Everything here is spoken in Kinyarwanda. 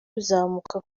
bizamuka